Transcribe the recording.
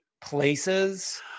places